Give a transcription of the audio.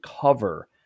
cover